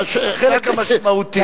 החלק המשמעותי.